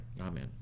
Amen